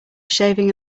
shaving